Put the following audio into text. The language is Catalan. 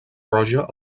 roja